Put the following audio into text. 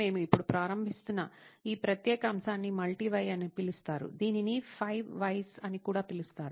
మేము ఇప్పుడు ప్రారంభిస్తున్న ఈ ప్రత్యేక అంశాన్ని మల్టీ వై అని పిలుస్తారు దీనిని 5 వైస్ అని కూడా పిలుస్తారు